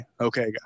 okay